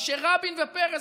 מה שרבין ופרס,